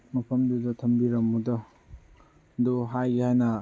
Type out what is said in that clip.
ꯃꯐꯝꯗꯨꯗ ꯊꯝꯕꯤꯔꯝꯃꯨꯗꯣ ꯑꯗꯨ ꯍꯥꯏꯒꯦ ꯍꯥꯏꯅ